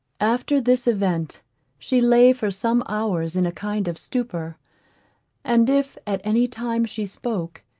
after this event she lay for some hours in a kind of stupor and if at any time she spoke,